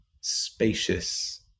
spacious